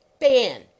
Ban